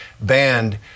banned